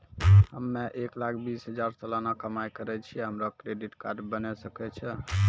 हम्मय एक लाख बीस हजार सलाना कमाई करे छियै, हमरो क्रेडिट कार्ड बने सकय छै?